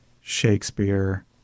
Shakespeare